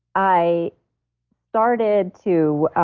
i started to